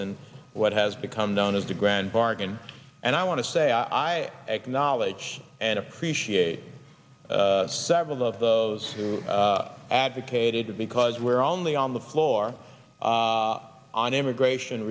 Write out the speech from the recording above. and what has become known as the grand bargain and i want to say i acknowledge and appreciate several of those who advocated that because we're only on the floor on immigration